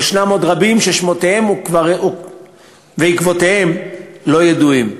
ויש עוד רבים ששמותיהם ועקבותיהם לא ידועים.